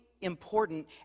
important